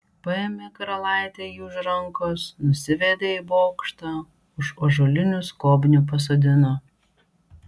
paėmė karalaitė jį už rankos nusivedė į bokštą už ąžuolinių skobnių pasodino